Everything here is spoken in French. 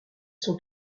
sont